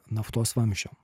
naftos vamzdžio